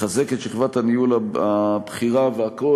לחזק את שכבת הניהול הבכירה, והכול